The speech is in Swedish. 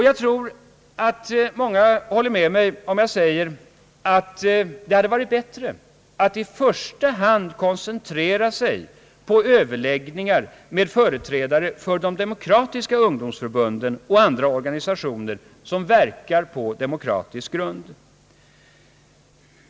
Jag tror att många håller med mig när jag säger att det hade varit bättre att i första hand koncentrera sig på överläggningar med företrädare för de demokratiska ungdomsförbunden och andra organisationer som verkar på demokratisk grund.